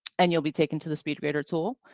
and you'll be taken to the speedgrader tool.